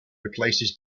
replaces